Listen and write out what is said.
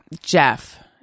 Jeff